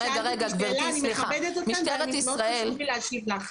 אני מכבדת אתכם וחשוב לי להשיב לך.